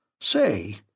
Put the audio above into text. Say